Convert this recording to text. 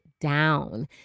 down